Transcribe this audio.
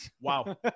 Wow